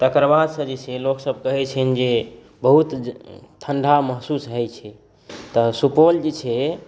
तकर बादसँ जे छै लोकसभ कहै छै जे बहुत ठंढा महसूस होइ छै तऽ सुपौल जे छै